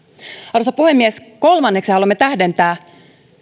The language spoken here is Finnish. arvoisa puhemies kolmanneksi haluamme tähdentää